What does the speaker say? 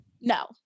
No